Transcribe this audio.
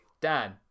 Dan